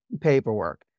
Paperwork